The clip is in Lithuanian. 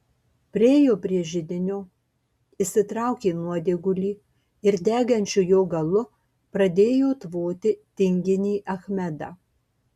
priėjo prie židinio išsitraukė nuodėgulį ir degančiu jo galu pradėjo tvoti tinginį achmedą